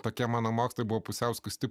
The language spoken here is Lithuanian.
tokia mano mokslai buvo pusiau skusti